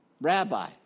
rabbi